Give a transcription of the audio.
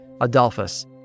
Adolphus